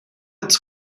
its